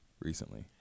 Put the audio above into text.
Recently